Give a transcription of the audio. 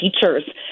teachers